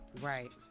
right